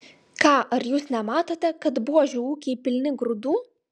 ką ar jūs nematote kad buožių ūkiai pilni grūdų